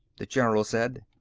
the general said.